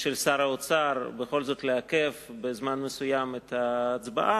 של שר האוצר בכל זאת לעכב בזמן מסוים את ההצבעה,